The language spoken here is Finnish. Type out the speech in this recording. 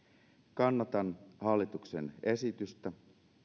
kannatan hallituksen esitystä